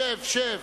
שב, שב.